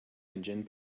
engine